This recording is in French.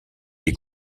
est